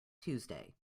tuesday